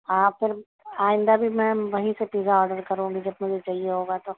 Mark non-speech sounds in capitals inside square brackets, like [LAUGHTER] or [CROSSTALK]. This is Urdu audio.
آپ [UNINTELLIGIBLE] آئندہ بھی میں وہیں سے پیزا آڈر کروں گی جب مجھے چاہیے ہوگا تو